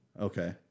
okay